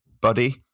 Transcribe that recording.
buddy